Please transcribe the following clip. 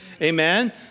amen